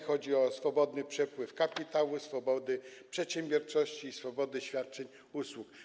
Chodzi tutaj o swobodny przepływ kapitału, swobodę przedsiębiorczości i swobodę świadczenia usług.